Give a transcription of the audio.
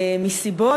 מסיבות,